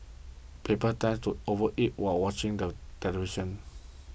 people tend to overeat while watching the television